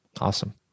Awesome